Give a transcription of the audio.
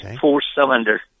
four-cylinder